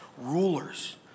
rulers